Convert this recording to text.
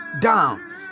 down